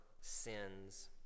sins